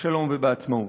בשלום ובעצמאות.